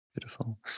beautiful